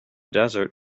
desert